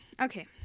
Okay